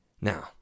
Now